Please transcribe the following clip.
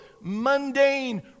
mundane